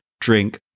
drink